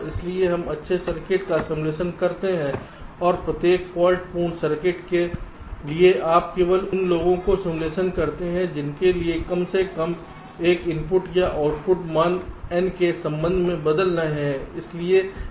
इसलिए हम अच्छे सर्किट का सिमुलेशन करते हैं और प्रत्येक फाल्ट पूर्ण सर्किट के लिए आप केवल उन लोगों को सिमुलेशन करते हैं जिनके लिए कम से कम एक इनपुट या आउटपुट मान N के संबंध में बदल रहे हैं